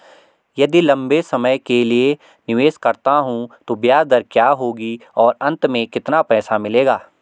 यदि लंबे समय के लिए निवेश करता हूँ तो ब्याज दर क्या होगी और अंत में कितना पैसा मिलेगा?